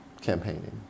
campaigning